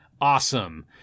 awesome